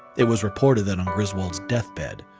it was reported that on griswold's death bed,